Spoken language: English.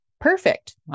perfect